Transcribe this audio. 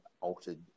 altered